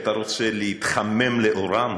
שאתה רוצה להתחמם לאורם?